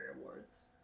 awards